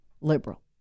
liberal